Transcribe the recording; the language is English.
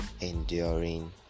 enduring